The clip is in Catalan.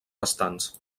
restants